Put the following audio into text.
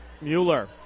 Mueller